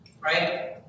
right